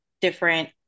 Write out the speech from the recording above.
different